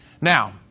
Now